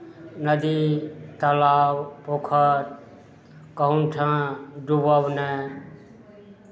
नदी तालाब पोखरि कहूँ ठाँ डूबब नहि